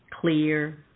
clear